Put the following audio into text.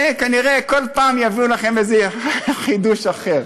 כנראה כל פעם יביאו לכם חידוש אחר.